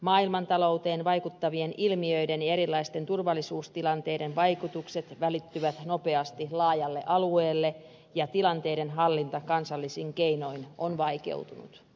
maailmantalouteen vaikuttavien ilmiöiden ja erilaisten turvallisuustilanteiden vaikutukset välittyvät nopeasti laajalle alueelle ja tilanteiden hallinta kansallisin keinoin on vaikeutunut